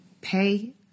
pay